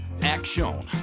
Action